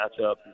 matchup